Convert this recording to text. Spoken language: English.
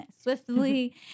swiftly